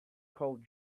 called